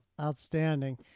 Outstanding